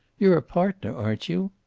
you're a partner, aren't you?